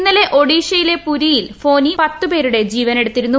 ഇന്നലെ ഒഡീഷയിലെ പുരിയിൽ ഫോനി പത്തു പേരുടെ ജീവനെടുത്തിരുന്നു